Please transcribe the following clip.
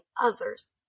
others